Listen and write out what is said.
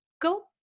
go